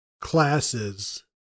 classes